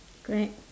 correct